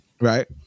Right